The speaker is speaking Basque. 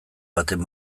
baten